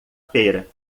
feira